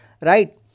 right